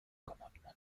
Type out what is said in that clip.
commandement